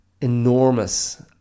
enormous